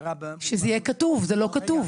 הכרה --- שזה יהיה כתוב, זה לא כתוב.